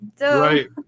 Right